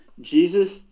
Jesus